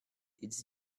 its